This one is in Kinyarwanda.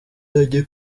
ajye